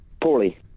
Poorly